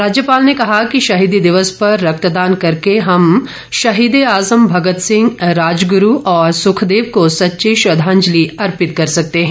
राज्यपाल ने कहा कि शहीदी दिवस पर रक्तदान करके हम शहीद ए आजम भक्त सिंह राजगुरू और सुखदेव को सच्ची श्रद्वाजंलि अर्पित कर सकते है